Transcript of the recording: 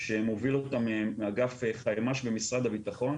שמוביל אותה אגף חימ"ש במשרד הבטחון,